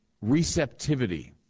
receptivity